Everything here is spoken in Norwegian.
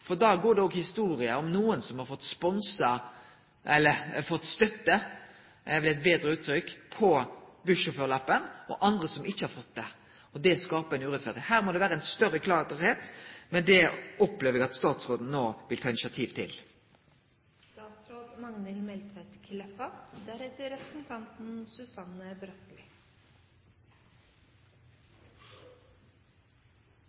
for det går historier om nokre som har fått støtte til bussjåførlappen, og om andre som ikkje har fått det. Det skaper ein urett. Her må det bli klarare, men det opplever eg at statsråden no vil ta